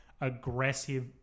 aggressive